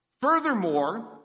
furthermore